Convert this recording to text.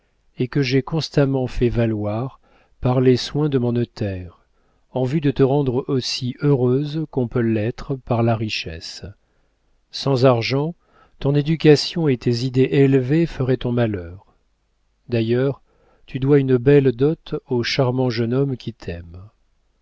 et que j'ai constamment fait valoir par les soins de mon notaire en vue de te rendre aussi heureuse qu'on peut l'être par la richesse sans argent ton éducation et tes idées élevées feraient ton malheur d'ailleurs tu dois une belle dot au charmant jeune homme qui t'aime